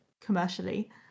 commercially